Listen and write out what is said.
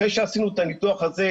אחרי שעשינו את הניתוח הזה,